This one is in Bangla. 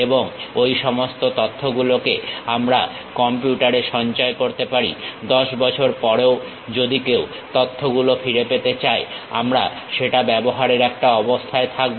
এবং ঐ সমস্ত তথ্যগুলোকে আমরা কম্পিউটারে সঞ্চয় করতে পারি 10 বছর পরেও যদি কেউ তথ্যগুলো ফিরে পেতে চায় আমরা সেটা ব্যবহারের একটা অবস্থায় থাকবো